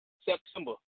September